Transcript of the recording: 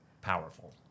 powerful